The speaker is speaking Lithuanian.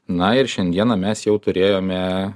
na ir šiandieną mes jau turėjome